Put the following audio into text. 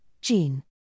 gene